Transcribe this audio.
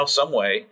someway